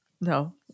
no